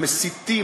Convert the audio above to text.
המסיתים,